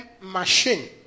machine